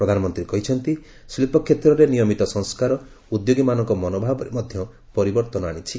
ପ୍ରଧାନମନ୍ତ୍ରୀ କହିଛନ୍ତି ଶିଳ୍ପ କ୍ଷେତ୍ରରେ ନିୟମିତ ସଂସ୍କାର ଉଦ୍ୟୋଗୀମାନଙ୍କ ମନୋଭାବରେ ମଧ୍ୟ ପରିବର୍ତ୍ତନ ଆଣିଛି